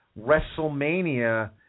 WrestleMania